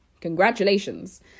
congratulations